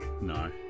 No